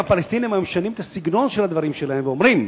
אם הפלסטינים היו משנים את הסגנון של הדברים שלהם ואומרים: